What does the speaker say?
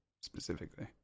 specifically